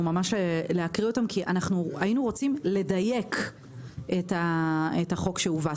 כי היינו רוצים לדייק את החוק שהובא,